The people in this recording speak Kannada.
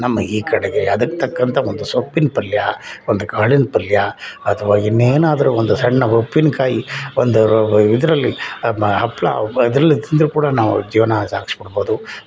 ನಮ್ಮ ಈ ಕಡೆಗೆ ಅದಕ್ಕೆ ತಕ್ಕಂಥ ಒಂದು ಸೊಪ್ಪಿನ ಪಲ್ಯ ಒಂದು ಕಾಳಿನ ಪಲ್ಯ ಅಥವಾ ಇನ್ನೇನಾದ್ರೂ ಒಂದು ಸಣ್ಣ ಉಪ್ಪಿನಕಾಯಿ ಒಂದೂ ಇದರಲ್ಲಿ ಹಪ್ಪಳ ಅದೆಲ್ಲ ತಿಂದ್ರೂ ಕೂಡ ನಾವು ಜೀವನ ಸಾಗಿಸ್ಬಿಡ್ಬೋದು